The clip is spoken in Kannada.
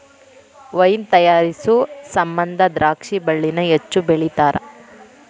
ವೈನ್ ತಯಾರಿಸು ಸಮಂದ ದ್ರಾಕ್ಷಿ ಬಳ್ಳಿನ ಹೆಚ್ಚು ಬೆಳಿತಾರ